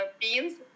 beans